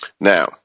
Now